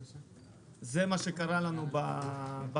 זה מה שקרה לנו בקורונה.